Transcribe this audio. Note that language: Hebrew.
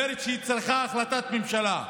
אומרת שהיא צריכה החלטת ממשלה.